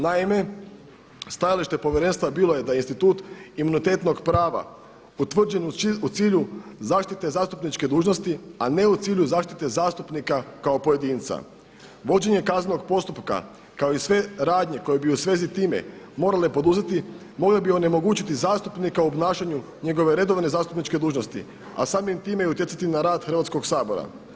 Naime, stajalište Povjerenstva bilo je da institut imunitetnog prava utvrđen u cilju zaštite zastupničke dužnosti, a ne u cilju zaštite zastupnika kao pojedinca, vođenje kaznenog postupka kao i sve radnje koje bi u svezi time morale poduzeti mogle bi onemogućiti zastupnika u obnašanju njegove redovne zastupničke dužnosti, a samim time i utjecati na rad Hrvatskog sabora.